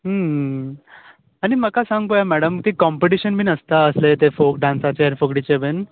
आनी म्हाका सांग पोवया मॅडम काॅम्पिटीशन बी आसता असले ते फॉक डान्साचेर फुगडीचेर बीन